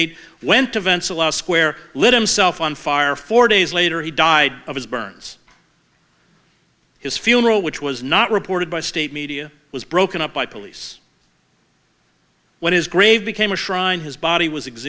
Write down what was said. of square lit him self on fire four days later he died of his burns his funeral which was not reported by state media was broken up by police when his grave became a shrine his body was e